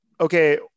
Okay